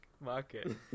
market